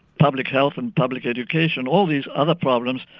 public health and public education, all these other problems